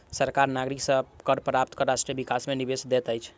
सरकार नागरिक से कर प्राप्त कय राष्ट्र विकास मे निवेश दैत अछि